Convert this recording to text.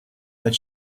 that